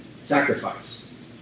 sacrifice